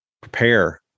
Prepare